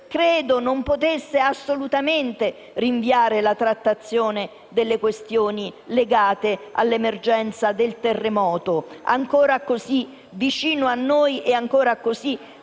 che non si possa assolutamente rinviare la trattazione delle questioni legate all'emergenza del terremoto, ancora così vicino a noi e ancora così